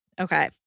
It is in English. Okay